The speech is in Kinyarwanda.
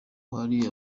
hari